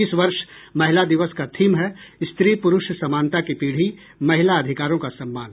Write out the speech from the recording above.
इस वर्ष महिला दिवस का थीम है स्त्री प्रुष समानता की पीढ़ी महिला अधिकारों का सम्मान